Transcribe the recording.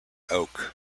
oak